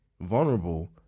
vulnerable